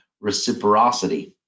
reciprocity